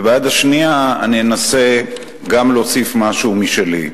וביד השנייה אני אנסה גם להוסיף משהו משלי.